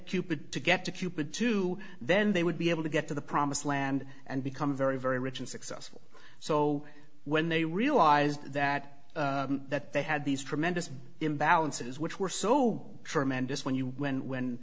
cupid to get to cupid too then they would be able to get to the promised land and become very very rich and successful so when they realized that that they had these tremendous imbalances which were so tremendous when you when when